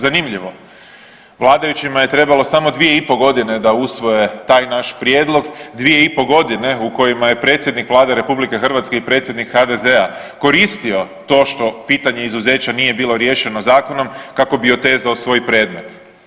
Zanimljivo, vladajućima je trebalo samo 2,5 godine da usvoje taj naš prijedlog, 2,5 godine u kojima je predsjednik Vlade RH i predsjednik HDZ-a koristio to što pitanje izuzeća nije bilo riješeno zakonom kako bi otezao svoj predmet.